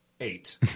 eight